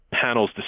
panel's